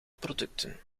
producten